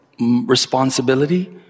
responsibility